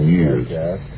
years